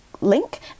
link